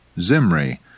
Zimri